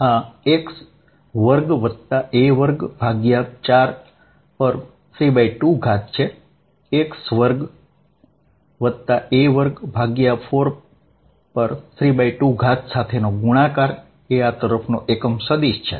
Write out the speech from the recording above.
આ x2a24 છે આનો વર્ગ x2a24 થશે જેનો આ દિશાના યુનિટ વેક્ટર સાથે ગુણાકાર થશે